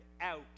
out